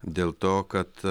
dėl to kad